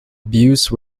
abuse